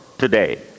today